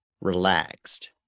relaxed